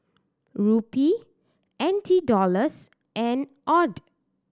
Rupee N T Dollars and AUD